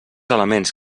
elements